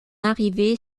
arrivée